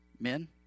Men